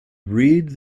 read